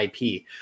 IP